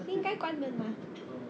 应该关门吗